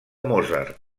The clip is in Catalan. mozart